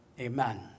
Amen